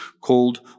called